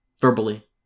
verbally